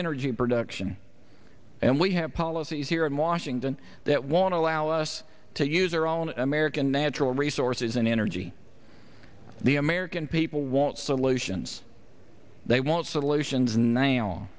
energy production and we have policies here in washington that want to allow us to use our own american natural resources and energy the american people want solutions they want solutions